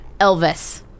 Elvis